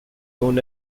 known